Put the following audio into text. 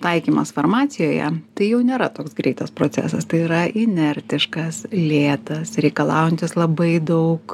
taikymas farmacijoje tai jau nėra toks greitas procesas tai yra inertiškas lėtas reikalaujantis labai daug